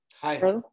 Hi